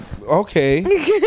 Okay